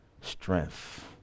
strength